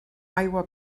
aigua